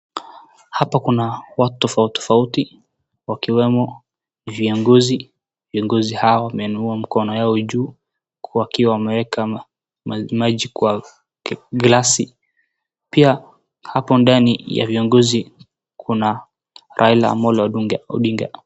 Hapa kuna watu tofauti tofauti wakiwemo viongozi. Viongozi hawa wameinua mkono yao juu uku wakiwa wameeka maji kwa glasi. Pia hapo ndani ya viongozi kuna Raila Amollo Odinga.